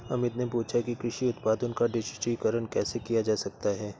अमित ने पूछा कि कृषि उत्पादों का डिजिटलीकरण कैसे किया जा सकता है?